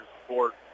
support